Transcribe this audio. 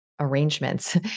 arrangements